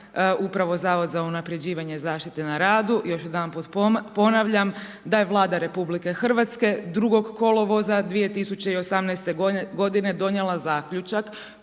upravo zavod za unapređivanje zaštite na radu, još jedanput ponavljam da je Vlada RH 2. kolovoza 2018. godine donijela zaključak